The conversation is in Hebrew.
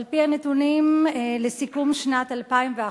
על-פי הנתונים לסיכום שנת 2011,